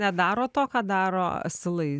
nedaro to ką daro asilai